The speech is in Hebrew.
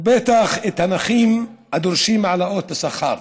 ובטח לנכים הדורשים העלאות שכר.